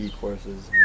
courses